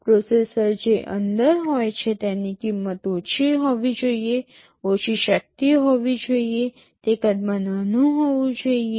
processor જે અંદર હોય છે તેની કિંમત ઓછી હોવી જોઈએ ઓછી શક્તિ હોવી જોઈએ તે કદમાં નાનું હોવું જોઈએ